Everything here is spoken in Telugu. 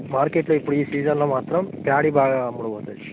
మార్కెట్లో ఇప్పుడు ఈ సీజన్లో మాత్రం ప్యాడి బాగా అమ్ముడుపోతుంది